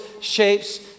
shapes